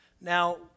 Now